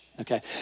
Okay